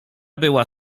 była